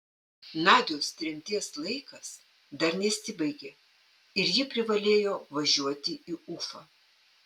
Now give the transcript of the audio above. nadios tremties laikas dar nesibaigė ir ji privalėjo važiuoti į ufą